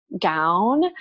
gown